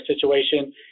situation